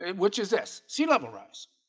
and which is this sea level rise?